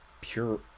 pure